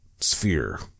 sphere